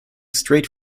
straight